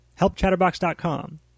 Helpchatterbox.com